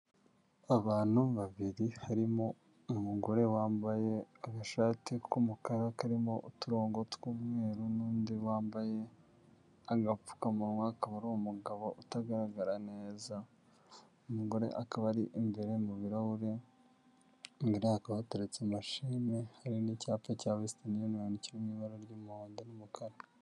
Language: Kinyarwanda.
Abantu babiri harimo umugore wambaye agashati k'umukara karimo uturongo tw'umweru n'undi wambaye agapfukamunwa akaba ari umugabo utagaragara neza, umugore akaba ari imbere mu birarahure imbere ye hakaba hateretse mashini hari n'icyapa cya wesitani yunoyoni kiri mu ibara ry'umuhondo n'umukara.